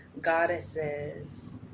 goddesses